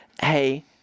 Hey